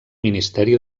ministeri